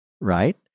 Right